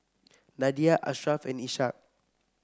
Nadia Asharaff and Ishak